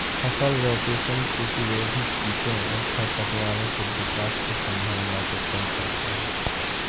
फसल रोटेशन प्रतिरोधी कीटों और खरपतवारों के विकास की संभावना को कम करता है